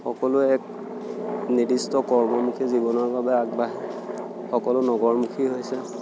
সকলোৱে এক নিৰ্দিষ্ট কৰ্মমুখী জীৱনৰ বাবে আগবাঢ়ে সকলো নগৰমুখী হৈছে